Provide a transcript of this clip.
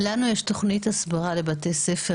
לנו יש תוכנית הסברה לבתי ספר,